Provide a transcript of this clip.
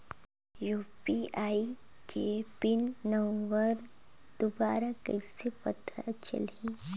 UPI के pin number दुबारा कइसे पता चलही?